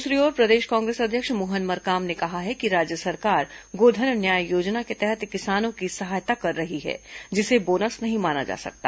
दूसरी ओर प्रदेश कांग्रेस अध्यक्ष मोहन मरकाम ने कहा है कि राज्य सरकार गोधन न्याय योजना के तहत किसानों की सहायता कर रही है जिसे बोनस नहीं माना जा सकता